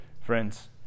Friends